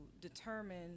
determine